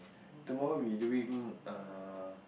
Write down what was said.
tomorrow we doing err